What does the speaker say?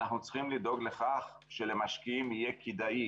אנחנו צריכים לדאוג לכך שלמשקיעים יהיה כדאי